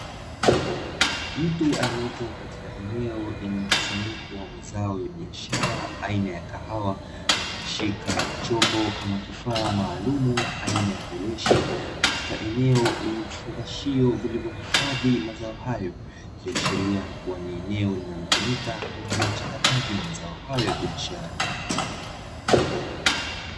Mtu aliyepo katika eneo lenye mkusanyiko wa mazao ya biashara aina ya kahawa akishika chombo ama kifaa maalumu aina ya beleshi, katika eneo lenye vifungashio vilivyohifadhi mazao hayo, ikiashiria kuwa ni eneo linalotumika kwa ajili ya uchakataji wa mazao hayo ya biashara.